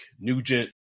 Nugent